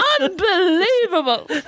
Unbelievable